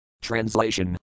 Translation